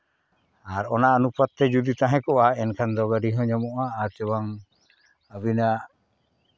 ᱟᱨ ᱚᱱᱟ ᱚᱱᱩᱯᱟᱛ ᱛᱮ ᱡᱩᱫᱤ ᱛᱟᱦᱮᱸ ᱠᱚᱜᱼᱟ ᱮᱱᱠᱷᱟᱱ ᱫᱚ ᱜᱟᱹᱰᱤ ᱦᱚᱸ ᱧᱟᱢᱚᱜᱼᱟ ᱟᱨ ᱥᱮ ᱵᱟᱝ ᱟᱹᱵᱤᱱᱟᱜ